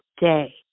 day